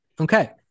Okay